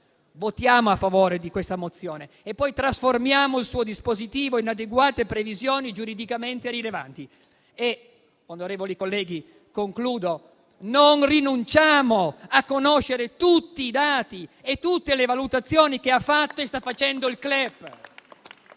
Votiamo a favore di questa mozione e poi trasformiamo il suo dispositivo in adeguate previsioni giuridicamente rilevanti. Concludo, onorevoli colleghi. Non rinunciamo a conoscere tutti i dati e tutte le valutazioni che ha fatto e sta facendo il CLEP.